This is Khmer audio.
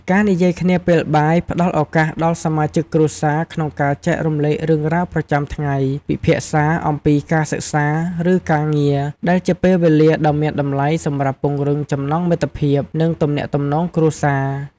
ការនិយាយគ្នាពេលបាយ ផ្តល់ឱកាសដល់សមាជិកគ្រួសារក្នុងការចែករំលែករឿងរ៉ាវប្រចាំថ្ងៃ ពិភាក្សាអំពីការសិក្សា ឬការងារ ដែលជាពេលវេលាដ៏មានតម្លៃសម្រាប់ពង្រឹងចំណងមិត្តភាព និងទំនាក់ទំនងគ្រួសារ។